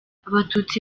abatutsi